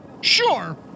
Sure